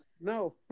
No